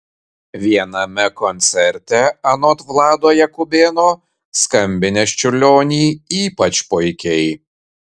viename koncerte anot vlado jakubėno skambinęs čiurlionį ypač puikiai